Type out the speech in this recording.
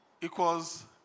equals